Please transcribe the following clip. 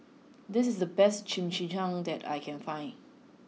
this is the best Chimichangas that I can find